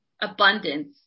abundance